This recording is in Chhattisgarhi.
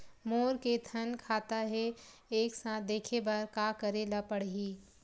मोर के थन खाता हे एक साथ देखे बार का करेला पढ़ही?